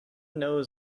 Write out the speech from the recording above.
knows